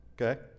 okay